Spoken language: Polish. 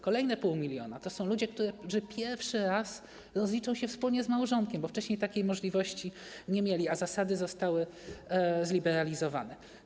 Kolejne 0,5 mln to są ludzie, którzy pierwszy raz rozliczą się wspólnie z małżonkiem, bo wcześniej takiej możliwości nie mieli, a zasady zostały zliberalizowane.